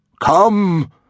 Come